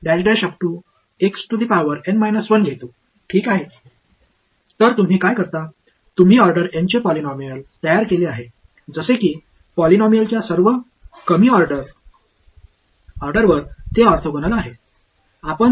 எனவே நீங்கள் என்ன செய்கிறீர்கள் என்றால் நீங்கள் N இன் ஒரு பாலினாமியலை கட்டமைக்கிறீர்கள் இது பாலினாமியல் களின் அனைத்து கீழ் ஆர்டர்களுக்கும் ஆர்த்தோகனல் ஆகும்